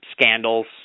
scandals